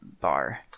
bar